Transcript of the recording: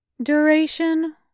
Duration